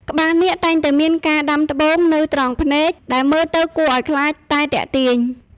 ក្បាលនាគតែងតែមានការដាំត្បូងនៅត្រង់ភ្នែក ដែលមើលទៅគួរឱ្យខ្លាចតែទាក់ទាញ។